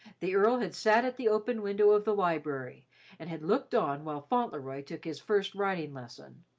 the earl had sat at the open window of the library and had looked on while fauntleroy took his first riding lesson.